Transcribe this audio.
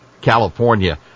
California